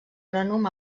agrònom